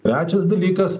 trečias dalykas